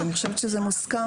אני חושבת שזה מוסכם פה.